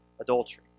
adultery